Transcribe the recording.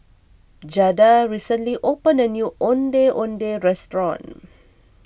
Jada recently opened a new Ondeh Ondeh restaurant